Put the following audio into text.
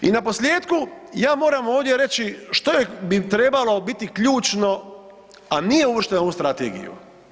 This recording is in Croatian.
I naposljetku, ja moram ovdje reći što bi trebalo biti ključno, a nije uvršteno u ovu Strategiju.